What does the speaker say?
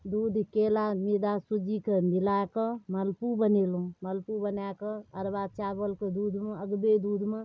दूध केरा मैदा सुज्जीके मिलाकऽ मलपु बनेलहुँ मलपु बनाकऽ अरवा चावलके दूधमे अगबे दूधमे